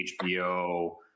hbo